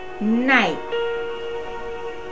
night